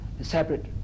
separate